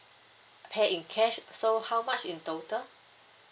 pay in cash so how much in total